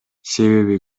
себеби